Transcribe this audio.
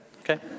Okay